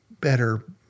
better